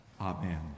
Amen